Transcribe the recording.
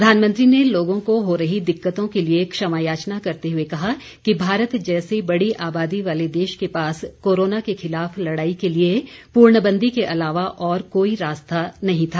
प्रधानमंत्री ने लोगों को हो रही दिक्कतों के लिए क्षमायाचना करते हुए कहा कि भारत जैसे बड़ी आबादी वाले देश के पास कोरोना के खिलाफ लड़ाई के लिए पूर्णबंदी के अलावा और कोई रास्ता नहीं था